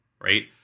right